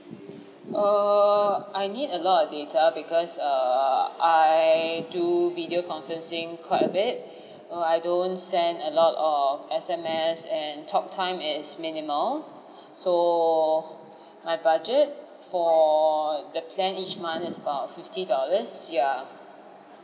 err I need a lot of data because err I do video conferencing quite a bit uh I don't send a lot of S_M_S and talk time is minimal so my budget for the plan each month is about fifty dollars yeah